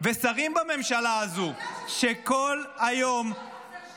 ושרים בממשלה הזו שכל היום, אתה יודע שזה שקר.